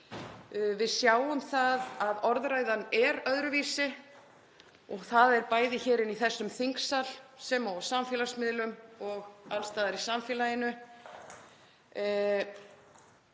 Við sjáum það að orðræðan er öðruvísi og það er bæði hér í þessum þingsal sem og á samfélagsmiðlum og alls staðar í samfélaginu.